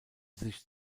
sich